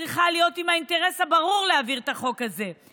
צריך להיות האינטרס הברור להעביר את החוק הזה.